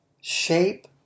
shape